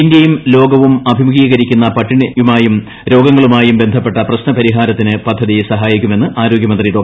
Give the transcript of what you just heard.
ഇന്ത്യയും ലോകവും അഭിമുഖീകരിക്കുന്ന പട്ടിണിയും രോഗങ്ങളുമായും ബന്ധപ്പെട്ട പ്രശ്ന പരിഹാരത്തിന് പദ്ധതി സ്ഹായിക്കുമെന്ന് ആരോഗ്യമന്ത്രി ഡോ